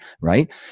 right